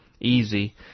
easy